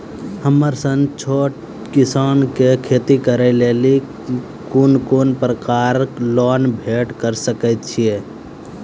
हमर सन छोट किसान कअ खेती करै लेली लेल कून कून प्रकारक लोन भेट सकैत अछि?